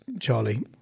Charlie